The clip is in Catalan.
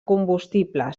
combustible